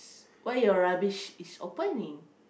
where your rubbish is opening